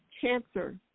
Cancer